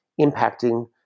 impacting